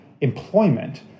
employment